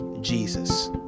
Jesus